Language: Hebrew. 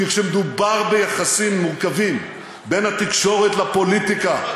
כי כשמדובר ביחסים מורכבים בין התקשורת לפוליטיקה,